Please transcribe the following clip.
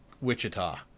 wichita